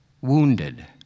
wounded